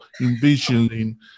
envisioning